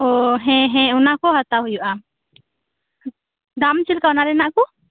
ᱳ ᱦᱮᱸ ᱦᱮᱸ ᱚᱱᱟᱠᱚ ᱦᱟᱛᱟᱣ ᱦᱳᱭᱳᱜᱼᱟ ᱫᱟᱢ ᱪᱮᱫ ᱞᱮᱠᱟ ᱚᱱᱟᱨᱮᱱᱟᱜ ᱠᱚ